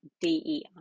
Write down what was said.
DEI